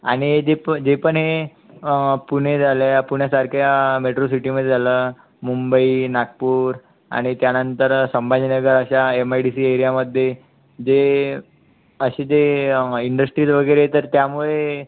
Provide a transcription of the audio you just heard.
आणि जे प जे पण हे पुणे झालं पुण्यासारख्या मेट्रो सिटीमध्ये झालं मुंबई नागपूर आणि त्यानंतर संभाजीनगर अशा एम आय डी सी एरियामध्ये जे अशी जे इंडस्ट्रीज वगैरे येतात त्यामुळे